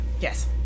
Yes